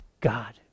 God